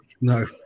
No